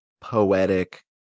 poetic